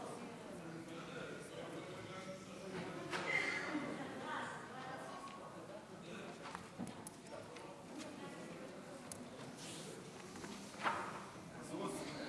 מזוז,